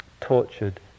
tortured